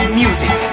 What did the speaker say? music